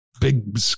big